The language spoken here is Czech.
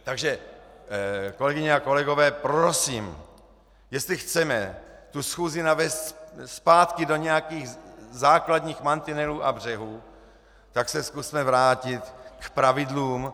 Takže kolegyně a kolegové, prosím, jestli chceme tu schůzi navést zpátky do nějakých základních mantinelů a břehů, tak se zkusme vrátit k pravidlům.